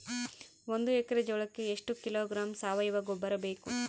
ಒಂದು ಎಕ್ಕರೆ ಜೋಳಕ್ಕೆ ಎಷ್ಟು ಕಿಲೋಗ್ರಾಂ ಸಾವಯುವ ಗೊಬ್ಬರ ಬೇಕು?